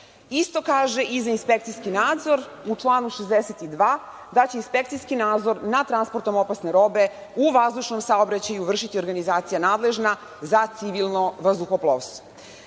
kaže i za inspekcijski nadzor u članu 62. da će inspekcijski nadzor nad transportom opasne robe u vazdušnom saobraćaju vršiti organizacija nadležna za civilno vazduhoplovstvo. Vazdušni